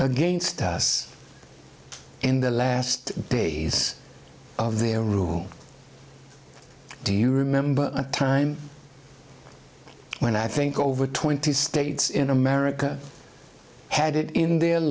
against us in the last days of their room do you remember a time when i think over twenty states in america had it in their